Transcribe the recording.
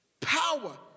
Power